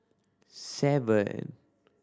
seven